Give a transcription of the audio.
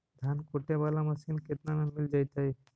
धान कुटे बाला मशीन केतना में मिल जइतै?